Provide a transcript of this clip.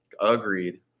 Agreed